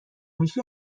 میشی